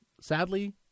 sadly